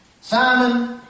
Simon